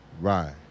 Right